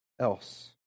else